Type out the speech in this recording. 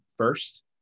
first